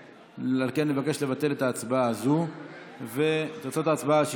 על כן, נבקש לבטל את ההצבעה הזאת.